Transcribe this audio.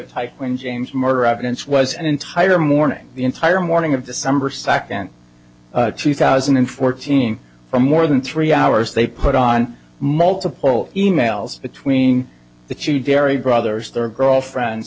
when james murder evidence was an entire morning the entire morning of december second two thousand and fourteen for more than three hours they put on multiple e mails between the two very brothers their girlfriends